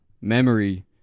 memory